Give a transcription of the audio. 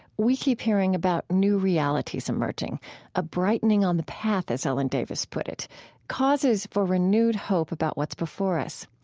we keep hearing about new realities emerging a brightening on the path as ellen davis put it causes for renewed hope about what's before us.